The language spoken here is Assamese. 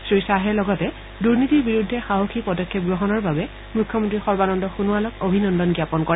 শ্ৰীখাহে লগতে দুৰ্নীতিৰ বিৰুদ্ধে সাহসী পদক্ষেপ গ্ৰহণৰ বাবে মুখ্যমন্ত্ৰী সৰ্বানন্দ সোনোৱালক অভিনন্দন জ্ঞাপন কৰে